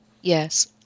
Yes